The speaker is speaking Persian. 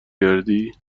کردی